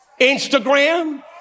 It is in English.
Instagram